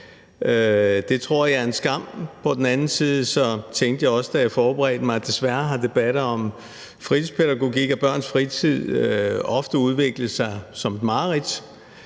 Det tror jeg er en skam. På den anden side tænkte jeg også, da jeg forberedte mig, at desværre har debatter om fritidspædagogik og børns fritid ofte udviklet sig som et mareridt.